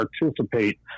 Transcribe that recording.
participate